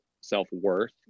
self-worth